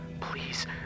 Please